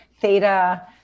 theta